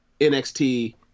NXT